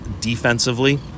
defensively